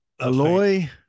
Aloy